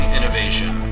Innovation